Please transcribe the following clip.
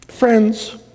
Friends